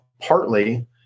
partly